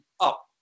up